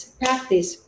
practice